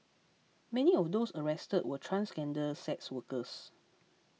many of those arrested were transgender sex workers